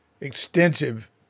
extensive